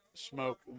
smoke